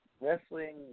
wrestling